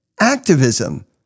activism